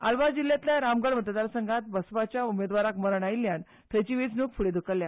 आलवारा जिल्ल्यांतल्या रामगठ मतदारसंघांत बसपाच्या उमेदवाराक मरण आयिल्ल्यान थंयची वेंचणूक फुडें ध्कल्ल्या